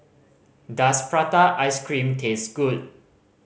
does prata ice cream taste good